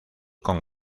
con